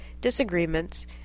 disagreements